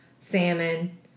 salmon